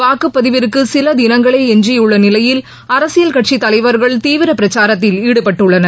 வாக்குப் பதிவிற்கு சில தினங்களே எஞ்சியுள்ள நிலையில் அரசியல்கட்சி தலைவர்கள் தீவிர பிரச்சாரத்தில் ஈடுபட்டுள்ளனர்